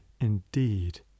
indeed